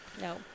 no